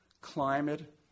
climate